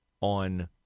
on